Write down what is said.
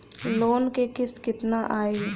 Loan क किस्त कितना आई?